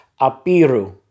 apiru